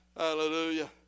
Hallelujah